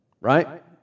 Right